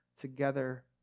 together